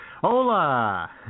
Hola